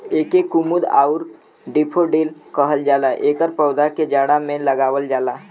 एके कुमुद आउर डैफोडिल कहल जाला एकर पौधा के जाड़ा में लगावल जाला